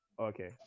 okay